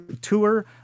tour